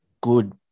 good